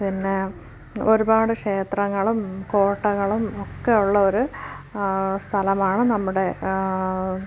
പിന്നെ ഒരുപാട് ക്ഷേത്രങ്ങളും കോട്ടകളും ഒക്കെ ഉള്ള ഒരു സ്ഥലമാണ് നമ്മുടെ